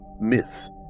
myths